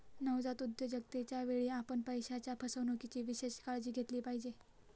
नवजात उद्योजकतेच्या वेळी, आपण पैशाच्या फसवणुकीची विशेष काळजी घेतली पाहिजे